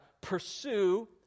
pursue